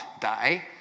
die